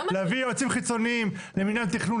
להביא יועצים חיצוניים למנהל תכנון,